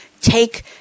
take